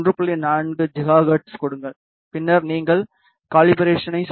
4 gigahertz கொடுங்கள் பின்னர் நீங்கள் கலிபிரசனை செய்ய வேண்டும்